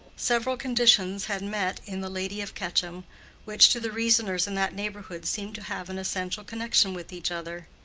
several conditions had met in the lady of quetcham which to the reasoners in that neighborhood seemed to have an essential connection with each other.